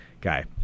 guy